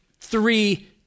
three